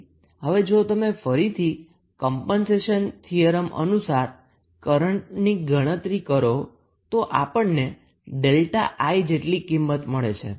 તેથી હવે જો તમે ફરીથી કમ્પનસેશન થીયરમ અનુસાર કરન્ટની ગણતરી કરો તો આપણને 𝛥𝐼 જેટલી કિંમત મળે છે